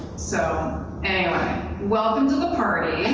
so anyway, welcome to the party. and